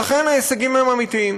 לכן, ההישגים הם אמיתיים.